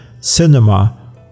cinema